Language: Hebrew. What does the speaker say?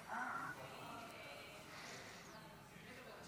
אדוני היושב-ראש,